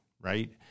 right